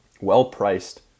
well-priced